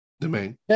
domain